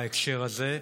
בהקשר הזה.